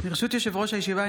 ברשות יושב-ראש הישיבה,